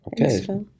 Okay